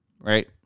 right